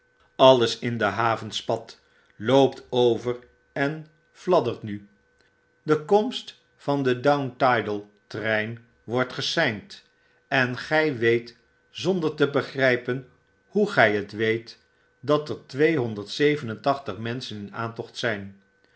alles in de haven spat loopt over en fladdert nu de komst van den down tidal trein wordt geseind en gy weet zonder te begrpen hoe gg het weet dat er tweehonderd zeven en tachtig menschen in aantocht zp